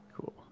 Cool